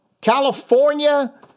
California